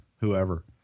whoever